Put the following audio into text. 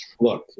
Look